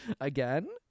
Again